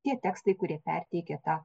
tie tekstai kurie perteikė tą